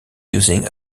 using